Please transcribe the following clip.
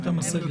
לא,